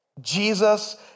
Jesus